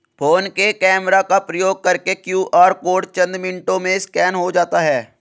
phone के camera का प्रयोग करके क्यू.आर कोड चंद मिनटों में स्कैन हो जाता है